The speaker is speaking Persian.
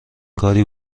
کاری